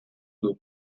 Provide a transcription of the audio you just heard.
dut